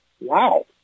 Wow